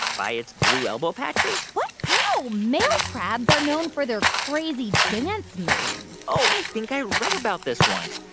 by its blue elbow patches? what? no. male crabs are known for their crazy dance moves oh, i think i read about this once.